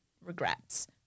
regrets